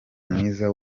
mwiza